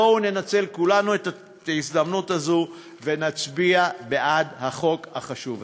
בואו ננצל כולנו את ההזדמנות הזו ונצביע בעד החוק החשוב הזה.